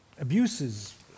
abuses